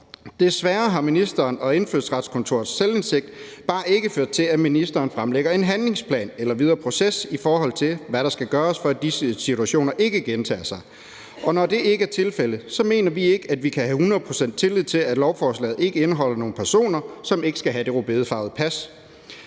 Desværre har ministerens og Indfødsretskontorets selvindsigt bare ikke ført til, at ministeren fremlægger en handlingsplan eller videre proces, i forhold til hvad der skal gøres, for at disse situationer ikke gentager sig. Når det ikke er tilfældet, mener vi ikke, at vi kan have 100 pct. tillid til, at lovforslaget ikke indeholder nogen personer, som ikke skal have det rødbedefarvede pas.